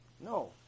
No